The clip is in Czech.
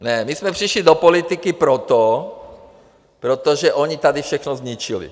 Ne, my jsme přišli do politiky proto, protože oni tady všechno zničili.